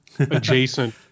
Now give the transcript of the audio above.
Adjacent